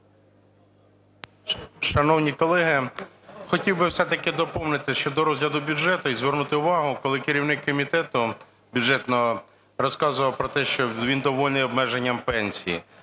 Шановні колеги, хотів би все-таки доповнити щодо розгляду бюджету і звернути увагу, коли керівник комітету бюджетного розказував про те, що він довольний обмеженням пенсії